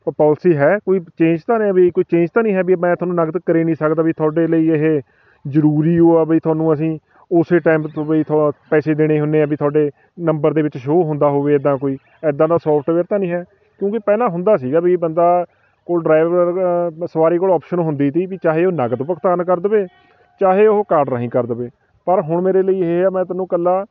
policy ਹੈ ਕੋਈ change ਤਾਂ ਨਹੀਂ ਹੈ ਵੀ ਕੋਈ ਚੇਂਜ ਤਾਂ ਨਹੀਂ ਹੈ ਵੀ ਮੈਂ ਤੁਹਾਨੂੰ ਨਕਦ ਕਰ ਏ ਨਹੀਂ ਸਕਦਾ ਵੀ ਤੁਹਾਡੇ ਲਈ ਇਹ ਜ਼ਰੂਰੀ ਓ ਆ ਵੀ ਤੁਹਾਨੂੰ ਅਸੀਂ ਉਸੇ ਟਾਈਮ ਤੋਂ ਬਈ ਥੋ ਪੈਸੇ ਦੇਣੇ ਹੁੰਦੇ ਆ ਵੀ ਤੁਹਾਡੇ ਨੰਬਰ ਦੇ ਵਿੱਚ ਸ਼ੋਅ ਹੁੰਦਾ ਹੋਵੇ ਇੱਦਾਂ ਕੋਈ ਇੱਦਾਂ ਦਾ ਸੋਫਟਵੇਅਰ ਤਾਂ ਨਹੀਂ ਹੈ ਕਿਉਂਕਿ ਪਹਿਲਾਂ ਹੁੰਦਾ ਸੀਗਾ ਵੀ ਬੰਦਾ ਕੋਈ ਡਰਾਈਵਰ ਸਵਾਰੀ ਕੋਲ ਔਪਸ਼ਨ ਹੁੰਦੀ ਤੀ ਵੀ ਚਾਹੇ ਉਹ ਨਕਦ ਭੁਗਤਾਨ ਕਰ ਦੇਵੇ ਚਾਹੇ ਉਹ ਕਾਰਡ ਰਾਹੀਂ ਕਰ ਦੇਵੇ ਪਰ ਹੁਣ ਮੇਰੇ ਲਈ ਇਹ ਆ ਮੈਂ ਤੈਨੂੰ ਇਕੱਲਾ